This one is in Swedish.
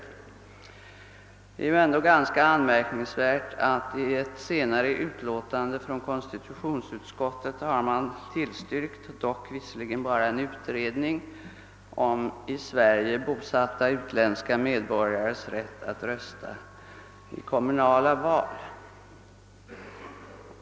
I detta sammanhang vill jag påpeka, att man i ett senare utlåtande från konstitutionsutskottet har tillstyrkt — visserligen bara en utredning om i Sverige bosatta utländska medborgares rätt att rösta i kommunala val.